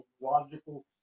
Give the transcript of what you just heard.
logical